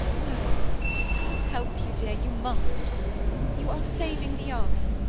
no god help you, dear, you must you are saving the army.